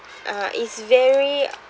uh it's very